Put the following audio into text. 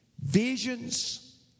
visions